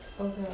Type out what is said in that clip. Okay